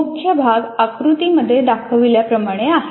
मुख्य भाग आकृती मध्ये दाखविल्याप्रमाणे आहे